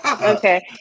Okay